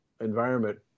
environment